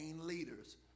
leaders